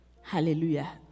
Hallelujah